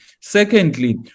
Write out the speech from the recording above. secondly